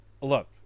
Look